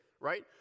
right